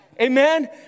Amen